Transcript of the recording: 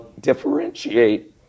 differentiate